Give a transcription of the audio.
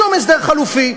שום הסדר חלופי.